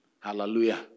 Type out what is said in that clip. Hallelujah